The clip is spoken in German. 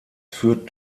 führt